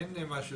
אין משהו